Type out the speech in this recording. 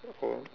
oh